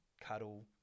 cuddle